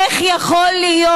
איך יכול להיות,